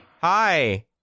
Hi